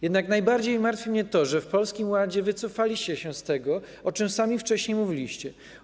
Jednak najbardziej martwi mnie to, że w Polskim Ładzie wycofaliście się z tego, o czym sami wcześniej mówiliście.